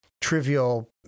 trivial